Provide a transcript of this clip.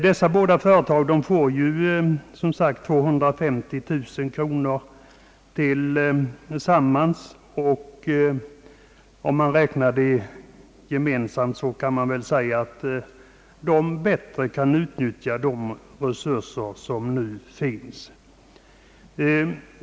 Dessa båda företag får som sagt 250 000 kronor tillsammans, och om man räknar det gemensamt kan man väl säga att de bättre än hittills kan utnyttja de resurser som nu finns.